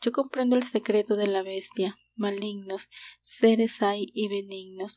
yo comprendo el secreto de la bestia malignos séres hay y benignos